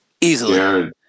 Easily